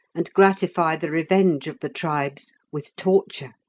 and gratify the revenge of the tribes with torture.